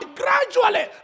gradually